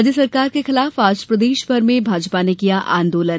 राज्य सरकार के खिलाफ आज प्रदेश भर में भाजपा ने किया आंदोलन